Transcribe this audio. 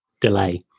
delay